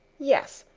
yes.